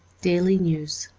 daily news